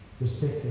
Respect